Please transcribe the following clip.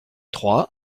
trois